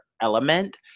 element